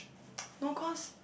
no cause